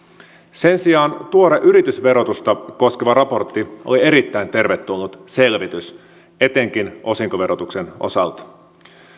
sen sijaan tuore yritysverotusta koskeva raportti oli erittäin tervetullut selvitys etenkin osinkoverotuksen osalta